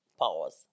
Pause